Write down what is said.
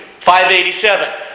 587